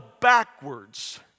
backwards